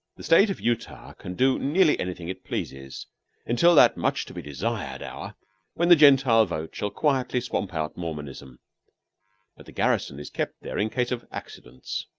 the state of utah can do nearly anything it pleases until that much-to-be-desired hour when the gentile vote shall quietly swamp out mormonism but the garrison is kept there in case of accidents.